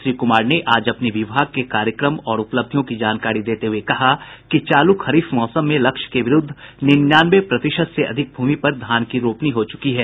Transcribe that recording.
श्री कुमार ने आज अपने विभाग के कार्यक्रम और उपलब्धियों की जानकारी देते हुए श्री कुमार ने कहा कि चालू खरीफ मौसम में लक्ष्य के विरूद्व निन्यानवें प्रतिशत से अधिक भूमि पर धान की रोपनी हो चुकी है